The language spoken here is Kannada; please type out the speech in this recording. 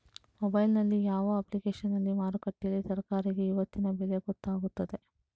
ಮೊಬೈಲ್ ನಲ್ಲಿ ಯಾವ ಅಪ್ಲಿಕೇಶನ್ನಲ್ಲಿ ಮಾರುಕಟ್ಟೆಯಲ್ಲಿ ತರಕಾರಿಗೆ ಇವತ್ತಿನ ಬೆಲೆ ಗೊತ್ತಾಗುತ್ತದೆ?